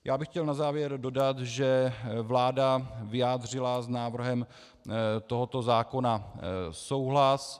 Já bych chtěl na závěr dodat, že vláda vyjádřila s návrhem tohoto zákona souhlas.